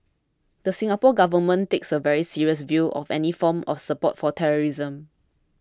the Singapore Government takes a very serious view of any form of support for terrorism